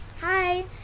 Hi